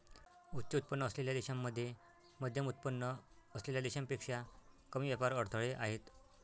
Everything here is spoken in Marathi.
उच्च उत्पन्न असलेल्या देशांमध्ये मध्यमउत्पन्न असलेल्या देशांपेक्षा कमी व्यापार अडथळे आहेत